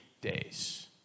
days